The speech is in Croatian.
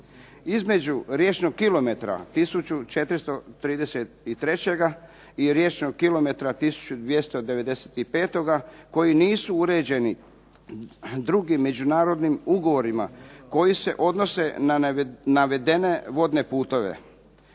Između riječnog kilometra 1433 i riječnog kilometra 1295 koji nisu uređeni drugim međunarodnim ugovorima koji se odnose na navedene vodne putove.